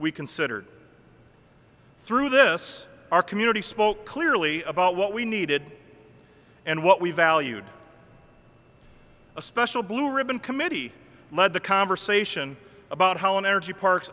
we considered through this our community spoke clearly about what we needed and what we valued a special blue ribbon committee led the conversation about how an energy parks